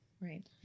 right